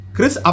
Chris